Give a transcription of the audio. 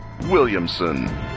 Williamson